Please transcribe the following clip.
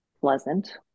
pleasant